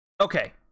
Okay